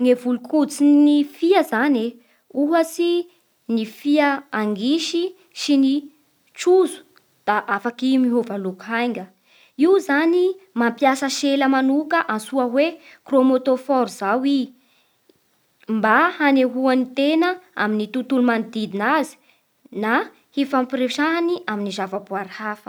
Ny volon-koditsy ny fia zany e ohatsy ny fia angisy sy ny trozo da afaky miova loko hainga. Io zany mampiasa sela manoka antsoa hoe krômôtôfôro izao i; mba hanehoany tena amin'ny tontolo manodidina azy na hifampiresahany amin'ny zavaboary hafa.